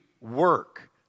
work